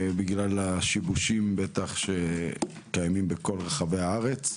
בגלל השיבושים שקיימים בכל רחבי הארץ,